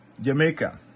Jamaica